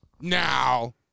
now